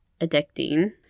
addicting